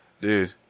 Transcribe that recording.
Dude